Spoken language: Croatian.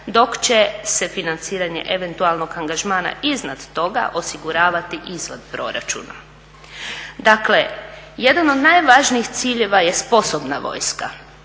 dok će se financiranje eventualnog angažmana iznad toga osiguravati izvan proračuna. Dakle jedan od najvažnijih ciljeva je sposobna vojska